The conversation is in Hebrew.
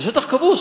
זה שטח כבוש.